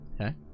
Okay